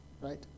right